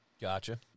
Gotcha